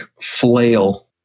flail